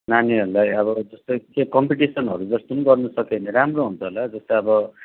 नानीहरूलाई अब जस्तै के कम्पिटिसनहरू जस्तो पनि गर्नु सक्यो भने राम्रो हुन्छ होला जस्तो अब